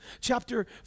chapter